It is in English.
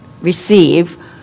receive